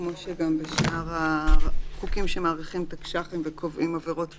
כמו בשאר החוקים שמאריכים תקש"חים וקובעים עבירות פליליות.